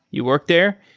you work there.